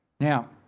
Now